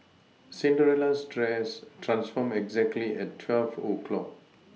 Cinderella's dress transformed exactly at twelve o' clock